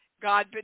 God